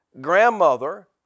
grandmother